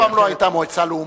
לך לא היתה אף פעם מועצה לעומתית.